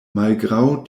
malgraŭ